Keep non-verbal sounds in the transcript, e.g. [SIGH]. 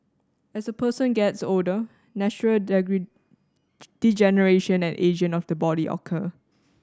as a person gets older natural [UNINTELLIGIBLE] degeneration and ageing of the body occur